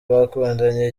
bakundanye